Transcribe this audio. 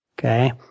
Okay